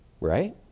Right